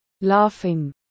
Laughing